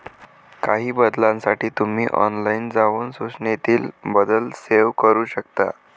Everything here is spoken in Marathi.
काही बदलांसाठी तुम्ही ऑनलाइन जाऊन सूचनेतील बदल सेव्ह करू शकता